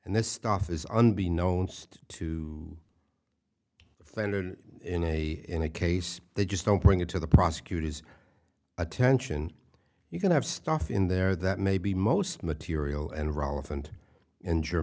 and this stuff is unbeknownst to fender in a in a case they just don't bring it to the prosecutor's attention you can have stuff in there that may be most material and relevant in